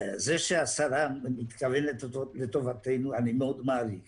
זה שהשרה מתכוונת לטובתנו, אני מאוד מעריך